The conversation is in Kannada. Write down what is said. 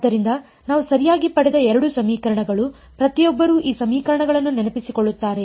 ಆದ್ದರಿಂದ ನಾವು ಸರಿಯಾಗಿ ಪಡೆದ ಎರಡು ಸಮೀಕರಣಗಳು ಪ್ರತಿಯೊಬ್ಬರೂ ಈ ಸಮೀಕರಣಗಳನ್ನು ನೆನಪಿಸಿಕೊಳ್ಳುತ್ತಾರೆ